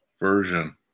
version